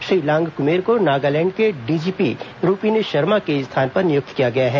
श्री लांगकमुेर को नागालैंड के डीजीपी रुपीन शर्मा के स्थान पर नियुक्त किया गया है